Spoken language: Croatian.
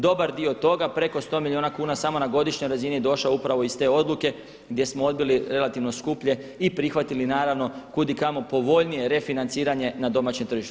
Dobar dio toga preko 100 milijuna kuna samo na godišnjoj razini je došao upravo iz te odluke gdje smo odbili relativno skuplje i prihvatili naravno kud i kamo povoljnije refinanciranje na domaćem tržištu.